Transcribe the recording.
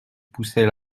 poussait